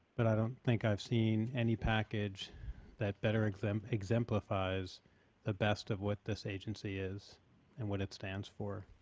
but i don't think i've seen any package that better exemplifies exemplifies the best of what this agency is and what it stands for.